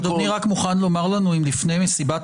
אדוני רק מוכן לומר לנו אם לפני מסיבת